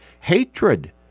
hatred